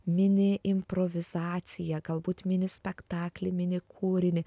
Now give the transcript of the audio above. mini improvizaciją galbūt mini spektaklį mini kūrinį